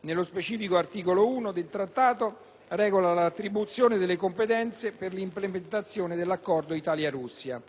Nello specifico, l'articolo 1 dell'Accordo regola l'attribuzione delle competenze per l'implementazione dell'Accordo stesso.